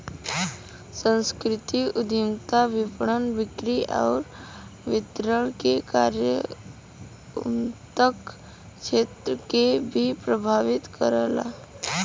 सांस्कृतिक उद्यमिता विपणन, बिक्री आउर वितरण के कार्यात्मक क्षेत्र के भी प्रभावित करला